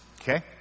Okay